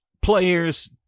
players